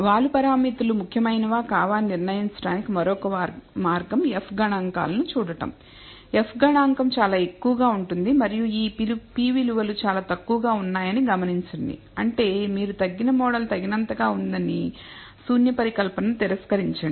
వాలు పారామితులు ముఖ్యమైనవి కావా అని నిర్ణయించడానికి మరొక మార్గం F గణాంకాలను చూడటం F గణాంకం చాలా ఎక్కువగా ఉంది మరియు ఈ p విలువలు చాలా తక్కువగా ఉన్నాయని గమనించండి అంటే మీరు తగ్గిన మోడల్ తగినంతగా ఉందని శూన్య పరికల్పనను తిరస్కరించండి